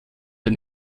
den